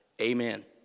amen